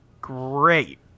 Great